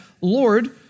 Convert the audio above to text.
Lord